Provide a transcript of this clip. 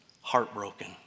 heartbroken